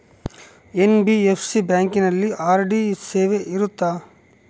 NBFC ಬ್ಯಾಂಕಿನಲ್ಲಿ RD ಸೇವೆ ಇರುತ್ತಾ?